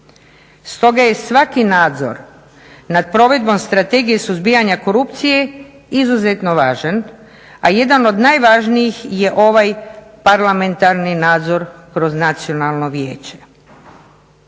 Stoga je svaki nadzor nad provedbom Strategije suzbijanja korupcije izuzetno važan, a jedan od najvažnijih je ovaj parlamentarni nadzor kroz nacionalno vijeće.